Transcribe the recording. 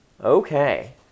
Okay